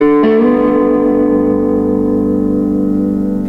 תודה רבה